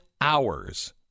hours